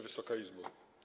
Wysoka Izbo!